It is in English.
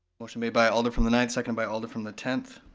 motion made by alder from the ninth, second by alder from the tenth.